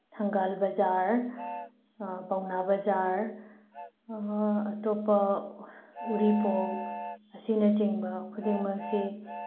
ꯊꯪꯒꯥꯜ ꯕꯖꯥꯔ ꯄꯥꯎꯅꯥ ꯕꯖꯥꯔ ꯑꯇꯣꯞꯄ ꯑꯔꯤꯄꯣꯛ ꯑꯁꯤꯅꯆꯤꯡꯕ ꯈꯨꯗꯤꯡꯃꯛ ꯑꯁꯤ